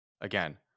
Again